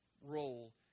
role